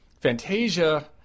Fantasia